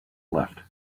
left